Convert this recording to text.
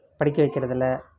படிக்க வைக்கிறதில்லை